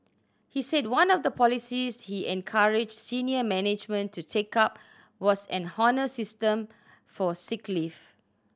he said one of the policies he encouraged senior management to take up was an honour system for sick leave